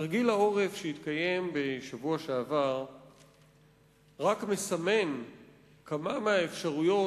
תרגיל העורף שהתקיים בשבוע שעבר רק מסמן כמה מהאפשרויות